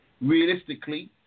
Realistically